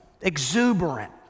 exuberant